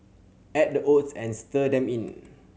add the oats and stir them in